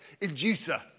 inducer